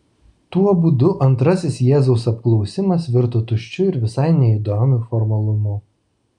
tuo būdu antrasis jėzaus apklausimas virto tuščiu ir visai neįdomiu formalumu